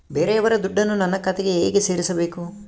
ಬೇರೆಯವರ ದುಡ್ಡನ್ನು ನನ್ನ ಖಾತೆಗೆ ಹೇಗೆ ಸೇರಿಸಬೇಕು?